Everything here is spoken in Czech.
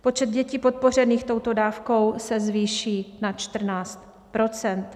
Počet dětí podpořených touto dávkou se zvýší na 14 %.